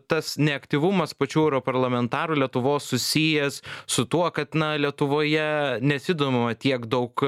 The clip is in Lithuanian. tas neaktyvumas pačių europarlamentarų lietuvos susijęs su tuo kad na lietuvoje nesidomima tiek daug